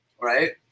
Right